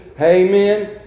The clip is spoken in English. Amen